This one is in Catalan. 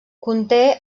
conté